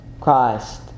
Christ